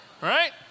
right